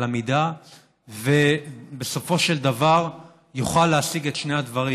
המידה ובסופו של דבר נוכל להשיג את שני הדברים: